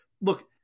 look